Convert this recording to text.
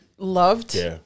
Loved